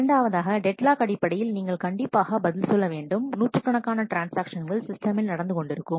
இரண்டாவதாக டெட்லாக் அடிப்படையில் நீங்கள் கண்டிப்பாக பதில் சொல்ல வேண்டும் நூற்றுக்கணக்கான ட்ரான்ஸ்ஆக்ஷன்கள் சிஸ்டமில் நடந்துகொண்டிருக்கும்